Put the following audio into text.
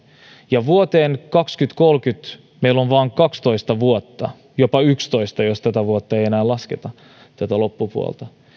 ja vuoteen kaksituhattakolmekymmentä meillä on vain kaksitoista vuotta jopa vain yksitoista jos tämän vuoden loppupuolta ei enää lasketa